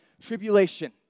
Tribulation